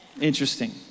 Interesting